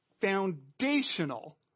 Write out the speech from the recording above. foundational